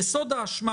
יסוד האשמה